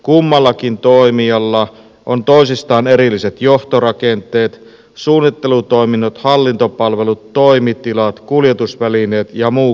kummallakin toimijalla on toisistaan erilliset johtorakenteet suunnittelutoiminnot hallintopalvelut toimitilat kuljetusvälineet ja muu kalusto